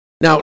Now